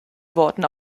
worten